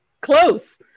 Close